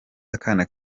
akana